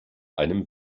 einem